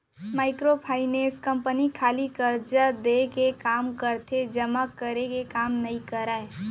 micro finance company खाली करजा देय के काम करथे जमा करे के काम नइ करय